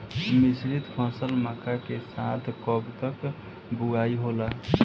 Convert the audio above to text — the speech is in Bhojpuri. मिश्रित फसल मक्का के साथ कब तक बुआई होला?